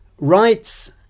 Rights